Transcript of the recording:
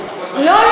לא,